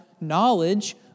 knowledge